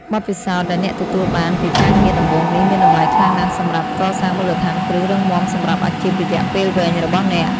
បទពិសោធន៍ដែលអ្នកទទួលបានពីការងារដំបូងនេះ មានតម្លៃខ្លាំងណាស់សម្រាប់កសាងមូលដ្ឋានគ្រឹះរឹងមាំសម្រាប់អាជីពរយៈពេលវែងរបស់អ្នក។